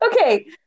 Okay